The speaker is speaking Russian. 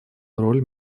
роль